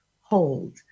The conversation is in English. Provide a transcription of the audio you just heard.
hold